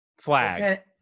flag